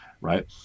right